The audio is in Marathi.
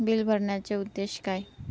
बिल भरण्याचे उद्देश काय?